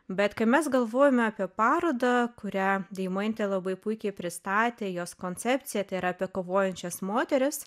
bet kai mes galvojome apie parodą kurią deimantė labai puikiai pristatė jos koncepciją tai yra apie kovojančias moteris